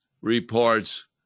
reports